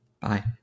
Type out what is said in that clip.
Bye